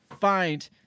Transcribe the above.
find